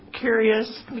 curious